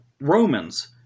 Romans